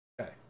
Okay